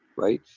right?